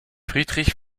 friedrich